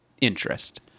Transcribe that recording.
interest